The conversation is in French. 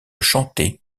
chanter